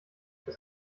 das